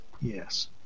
Yes